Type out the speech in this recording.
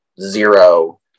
zero